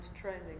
training